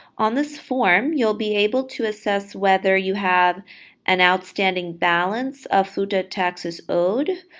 on this form, you'll be able to assess whether you have an outstanding balance of futa taxes owed,